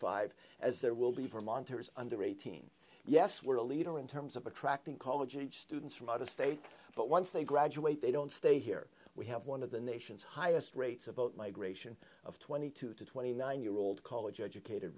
five as there will be vermonters under eighteen yes we're a leader in terms of attracting college age students from out of state but once they graduate they don't stay here we have one of the nation's highest rates of vote migration of twenty two to twenty nine year old college educated